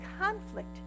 conflict